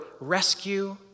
rescue